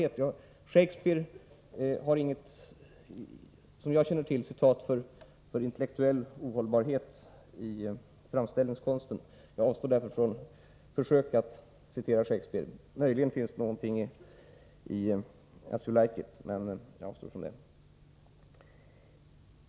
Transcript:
Det finns vad jag vet hos Shakespeare inget citat som anspelar på intellektuell ohållbarhet i framställningskonsten. Jag avstår därför från att försöka att citera Shakespeare — möjligen finns det någonting i As you like it.